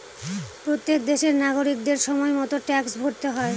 প্রত্যেক দেশের নাগরিকদের সময় মতো ট্যাক্স ভরতে হয়